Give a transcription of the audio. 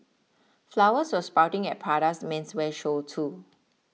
flowers were sprouting at Prada's menswear show too